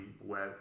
wet